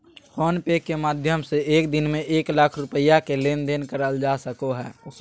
phone पे के माध्यम से एक दिन में एक लाख रुपया के लेन देन करल जा सको हय